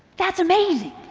that's amazing.